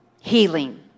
healing